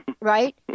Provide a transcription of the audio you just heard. Right